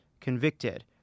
convicted